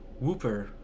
Whooper